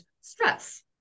stress